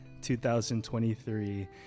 2023